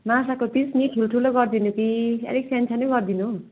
माछाको पिस नि ठुल्ठुलो गरिदिनु कि अलिक सानो सानो गरिदिनु